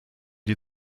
dir